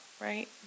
right